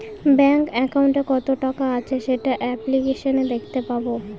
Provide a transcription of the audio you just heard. bank একাউন্টে কত টাকা আছে সেটা অ্যাপ্লিকেসনে দেখাতে পাবো